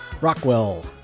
Rockwell